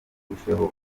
turusheho